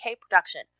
production